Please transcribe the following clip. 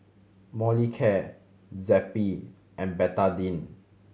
Molicare Zappy and Betadine